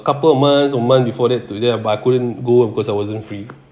couple of months or month before that to that but I couldn't go because I wasn't free